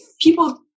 people